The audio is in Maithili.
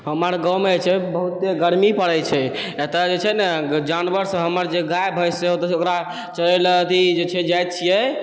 हमर गाँवमे जे छै बहुते गर्मी पड़ै छै एतऽ जे छै ने जानवर सब हमर जे गाय भैस यऽ ओकरा चरय लए जाइ जाइ छियनि